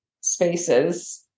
spaces